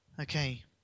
Okay